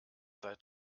seit